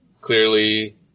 clearly